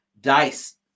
Dice